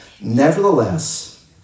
nevertheless